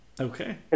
Okay